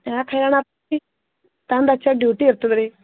ಯಾಕೆ ಹೈರಾಣಾಗ್ತಿ ತಂದು ಹಚ್ಚೋದು ಡ್ಯೂಟಿ ಇರ್ತದೆ ರೀ